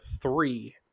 three